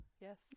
Yes